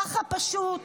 ככה פשוט,